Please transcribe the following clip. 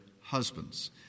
husbands